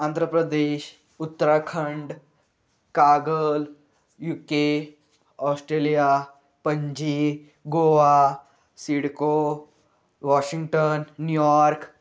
Andhra Pradesh Uttarakhand Kagal U K Australia Panaji Goa CIDCO Washington New York